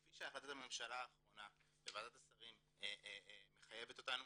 כפי שהחלטת הממשלה האחרונה בוועדת השרים מחייבת אותנו,